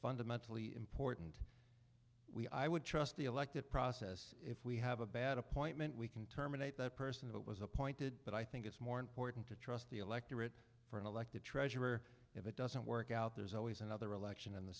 fundamentally important we i would trust the elective process if we have a bad appointment we can terminate the person it was appointed but i think it's more important to trust the electorate for an elected treasurer if it doesn't work out there's always another election in the